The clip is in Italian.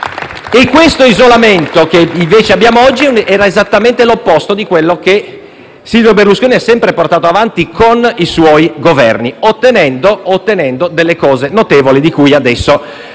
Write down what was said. comune. L'isolamento che invece abbiamo oggi era esattamente l'opposto di quello che Silvio Berlusconi ha sempre portato avanti con i suoi Governi, ottenendo cose notevoli, di cui adesso